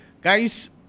guys